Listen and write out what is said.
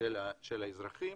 של האזרחים